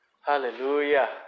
Hallelujah